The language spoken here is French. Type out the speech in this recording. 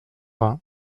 vingt